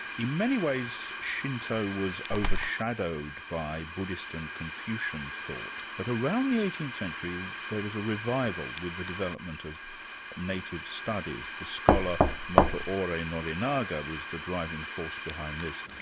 in many ways, shinto was overshadowed by buddhist and confucian thought, but around the eighteenth century, there was a revival with the development of native studies. the scholar motoori norinaga was the driving force behind his.